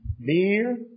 beer